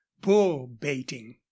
bull-baiting